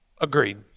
Agreed